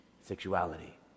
sexuality